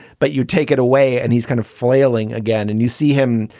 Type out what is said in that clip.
but you take it away and he's kind of flailing again and you see him,